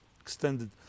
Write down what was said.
Extended